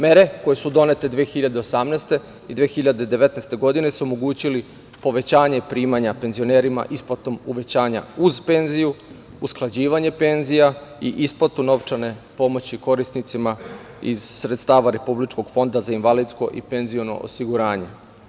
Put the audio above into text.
Mere koje su donete 2018. i 2019. godine, su omogućile povećanje primanja penzionerima, isplatom uvećanja uz penziju, usklađivanje penzija i isplatu novčane pomoći korisnicima iz sredstava Republičkog fonda za invalidsko i penziono osiguranje.